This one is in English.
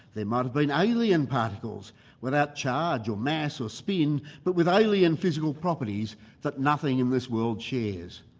there might have been alien particles without charge or mass or spin, but with alien physical properties that nothing in this world shares.